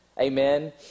Amen